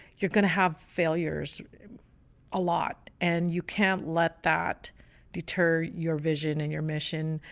you're gonna have failures a lot, and you can't let that deter your vision and your mission.